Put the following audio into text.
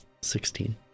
Sixteen